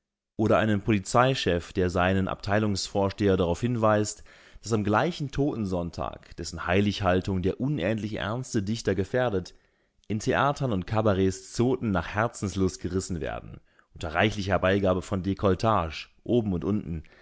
oder einen polizeichef der seinen abteilungsvorsteher darauf hinweist daß am gleichen totensonntag dessen heilighaltung der unendlich ernste dichter gefährdet in theatern und kabaretts zoten nach herzenslust gerissen werden unter reichlicher beigabe von dekolletage oben und unten